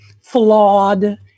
flawed